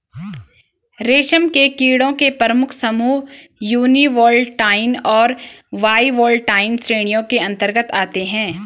रेशम के कीड़ों के प्रमुख समूह यूनिवोल्टाइन और बाइवोल्टाइन श्रेणियों के अंतर्गत आते हैं